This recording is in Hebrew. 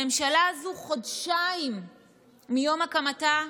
הממשלה הזו, חודשיים מיום הקמתה,